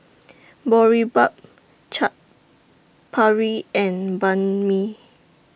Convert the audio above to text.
Boribap Chaat Papri and Banh MI